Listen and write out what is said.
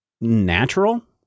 natural